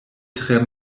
tre